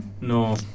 No